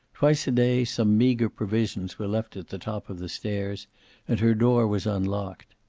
twice a day some meager provisions were left at the top of the stairs and her door was unlocked.